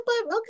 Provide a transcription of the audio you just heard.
okay